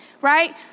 right